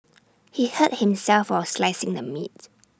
he hurt himself while slicing the meat